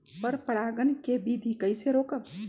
पर परागण केबिधी कईसे रोकब?